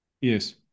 yes